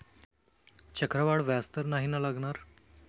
चक्रवाढ व्याज तर नाही ना लागणार?